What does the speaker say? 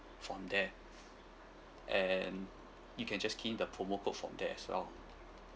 from there and you can just key in the promo code from there as well